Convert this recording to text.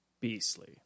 beastly